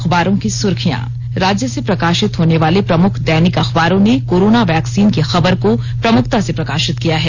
अखबारों की सुर्खियांराज्य से प्रकाशित होने वाले प्रमुख दैनिक अखबारों ने कोरोना वैक्सीन की खबर को प्रमुखता से प्रकाशित किया है